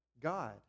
God